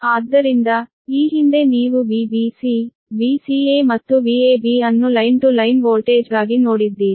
ಆದ್ದರಿಂದ ಈ ಹಿಂದೆ ನೀವು Vbc Vca ಮತ್ತು Vab ಅನ್ನು ಲೈನ್ ಟು ಲೈನ್ ವೋಲ್ಟೇಜ್ಗಾಗಿ ನೋಡಿದ್ದೀರಿ